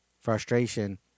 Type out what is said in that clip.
frustration